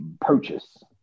purchase